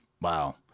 Wow